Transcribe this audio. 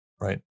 right